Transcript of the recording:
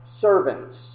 servants